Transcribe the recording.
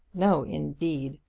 no, indeed.